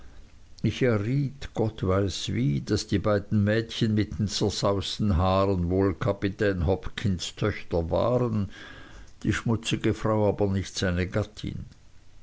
ich erriet gott weiß wie daß die beiden mädchen mit den zerzausten haaren wohl kapitän hopkins töchter waren die schmutzige frau aber nicht seine gattin